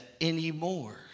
anymore